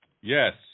Yes